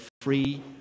free